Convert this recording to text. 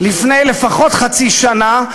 לפני לפחות חצי שנה,